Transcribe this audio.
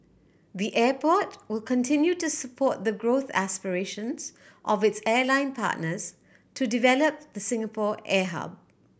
the airport will continue to support the growth aspirations of its airline partners to develop the Singapore air hub